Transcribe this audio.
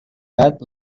gat